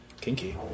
Kinky